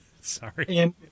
Sorry